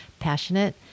passionate